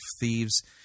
thieves